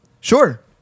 Sure